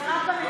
זה רק במדינה,